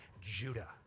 Judah